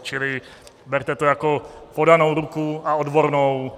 Čili berte to jako podanou ruku, a odbornou.